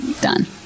Done